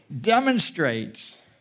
demonstrates